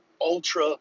ultra